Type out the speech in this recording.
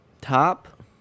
Top